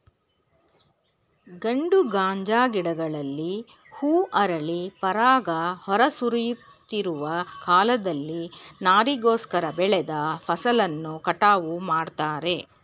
ಗಂಡು ಗಾಂಜಾ ಗಿಡಗಳಲ್ಲಿ ಹೂ ಅರಳಿ ಪರಾಗ ಹೊರ ಸುರಿಯುತ್ತಿರುವ ಕಾಲದಲ್ಲಿ ನಾರಿಗೋಸ್ಕರ ಬೆಳೆದ ಫಸಲನ್ನು ಕಟಾವು ಮಾಡ್ತಾರೆ